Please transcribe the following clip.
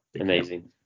Amazing